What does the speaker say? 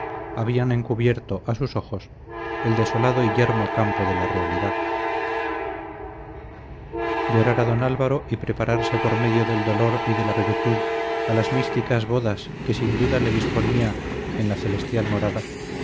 habían encubierto a sus ojos el desolado y yermo campo de la realidad llorar a don álvaro y prepararse por medio del dolor y de la virtud a las místicas bodas que sin duda le disponía en la celestial morada